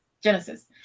Genesis